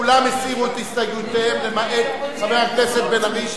כולם הסירו את הסתייגויותיהם למעט חבר הכנסת בן-ארי.